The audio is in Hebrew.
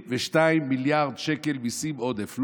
22 מיליארד שקל מיסים עודף.